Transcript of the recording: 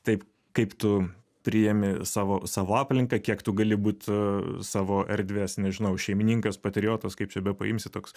taip kaip tu priimi savo savo aplinką kiek tu gali būt savo erdvės nežinau šeimininkas patriotas kaip čia bepaimsi toks